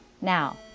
now